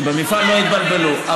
שבמפעל לא יתבלבלו,